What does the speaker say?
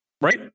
right